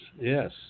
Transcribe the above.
yes